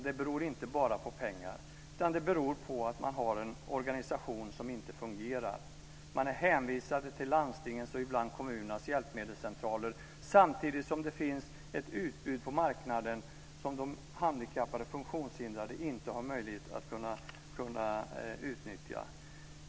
Det beror inte bara på pengar utan på att man har en organisation som inte fungerar. Man är hänvisad till landstingens och ibland kommunernas hjälpmedelscentraler samtidigt som det finns ett utbud på marknaden som de handikappade och funktionshindrade inte har möjlighet att utnyttja.